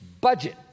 budget